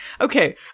okay